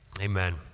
Amen